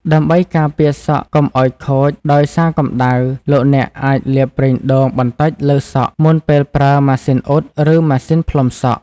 ដើម្បីការពារសក់កុំឱ្យខូចដោយសារកម្ដៅ លោកអ្នកអាចលាបប្រេងដូងបន្តិចលើសក់ មុនពេលប្រើ ម៉ាស៊ីនអ៊ុត ឬ ម៉ាស៊ីនផ្លុំសក់។